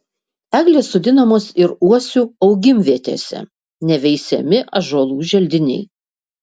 eglės sodinamos ir uosių augimvietėse neveisiami ąžuolų želdiniai